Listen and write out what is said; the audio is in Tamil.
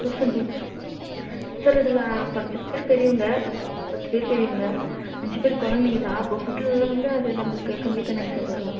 தௌசண்ட் சார் சார் இதில் பத்து பேர் பெரியவங்கள் பத்து பேர் பெரியவங்கள் அஞ்சு பேர் குழந்தைங்க தான் அப்போது ஃபுட்லல்லாம் வந்து அது நம்மளுக்கு கம்மி தானேங்க சார் வரும்